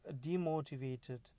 demotivated